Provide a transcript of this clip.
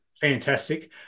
fantastic